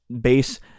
base